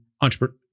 entrepreneur